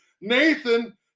Nathan